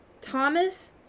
Thomas